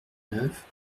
neuf